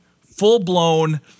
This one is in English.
full-blown